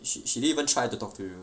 she she didn't even try to talk to you